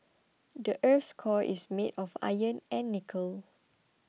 the earth's core is made of iron and nickel